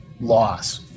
loss